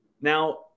Now